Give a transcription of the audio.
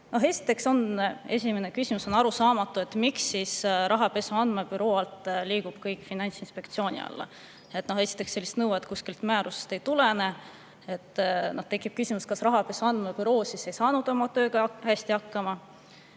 Esimene küsimus. On arusaamatu, miks Rahapesu Andmebüroo alt liigub kõik Finantsinspektsiooni alla. Esiteks, sellist nõuet kuskilt määrusest ei tulene. Tekib küsimus, kas Rahapesu Andmebüroo siis ei saanud oma tööga hästi hakkama.